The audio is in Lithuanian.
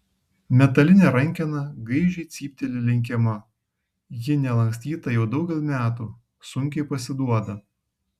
metalinė rankena gaižiai cypteli lenkiama ji nelankstyta jau daugel metų sunkiai pasiduoda